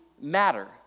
matter